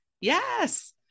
Yes